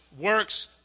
works